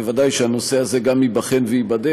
בוודאי שהנושא הזה גם ייבחן וייבדק,